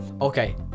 Okay